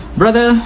brother